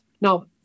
Now